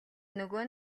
нөгөө